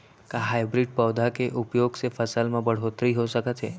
का हाइब्रिड पौधा के उपयोग से फसल म बढ़होत्तरी हो सकत हे?